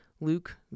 Luke